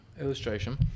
illustration